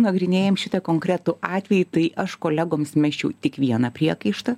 nagrinėjam šitą konkretų atvejį tai aš kolegoms mesčiau tik vieną priekaištą